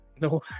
No